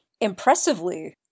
impressively